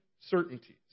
certainties